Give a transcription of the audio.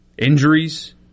Injuries